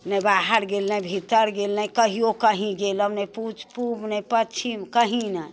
ने बाहर गेल ने भीतर गेल ने कहियो कहीं गेलहुँ ने पूछ पूब ने पच्छिम कहीं नहि